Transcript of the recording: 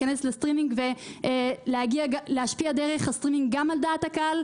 להיכנס לסטרימינג ולהשפיע דרך הסטרימינג גם על דעת הקהל,